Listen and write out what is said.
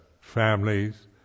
families